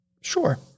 Sure